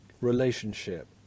relationship